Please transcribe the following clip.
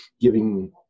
giving